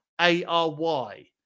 A-R-Y